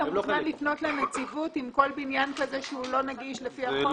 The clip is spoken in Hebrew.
אתה מוזמן לפנות לנציבות על כל בניין כזה שלא נגיש לפי החוק.